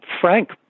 Frank